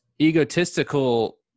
egotistical